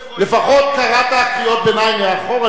לפחות קראת קריאות ביניים מאחורנית,